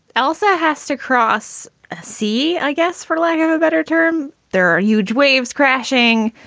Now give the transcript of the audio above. also has to cross a sea, i guess, for lack of a better term. there are huge waves crashing.